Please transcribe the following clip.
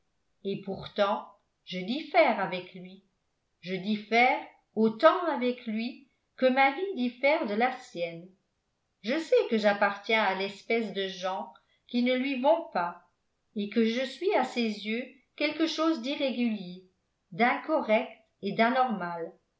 et pourtant je diffère avec lui je diffère autant avec lui que ma vie diffère de la sienne je sais que j'appartiens à l'espèce de gens qui ne lui vont pas et que je suis à ses yeux quelque chose d'irrégulier d'incorrect et d'anormal